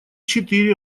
четыре